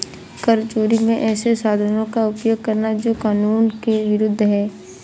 कर चोरी में ऐसे साधनों का उपयोग करना जो कानून के विरूद्ध है